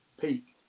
peaked